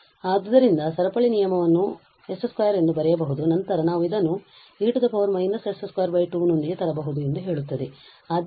ಆದ್ದರಿಂದ ಸರಪಳಿ ನಿಯಮವು ಇದನ್ನು s2 ಎಂದು ಬರೆಯಬಹುದು ಮತ್ತು ನಂತರ ನಾವು ಇದನ್ನು e −s22 ನೊಂದಿಗೆ ತರಬಹುದು ಎಂದು ಹೇಳುತ್ತದೆ